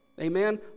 amen